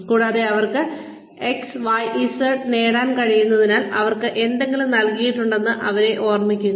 കൂടാതെ അവർക്ക് XYZ നേടാൻ കഴിഞ്ഞതിനാൽ അവർക്ക് എന്തെങ്കിലും നൽകിയിട്ടുണ്ടെന്ന് അവരെ ഓർമ്മിപ്പിക്കുക